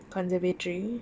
conservatory